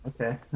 Okay